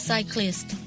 Cyclist